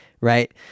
right